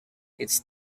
its